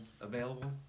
available